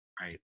Right